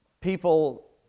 people